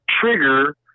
trigger